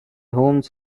homes